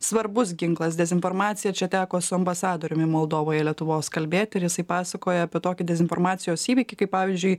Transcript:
svarbus ginklas dezinformacija čia teko su ambasadoriumi moldovoje lietuvos kalbėti ir jisai pasakoja apie tokį dezinformacijos įvykį kai pavyzdžiui